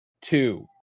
two